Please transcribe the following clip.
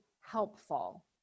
helpful